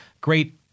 great